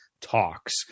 talks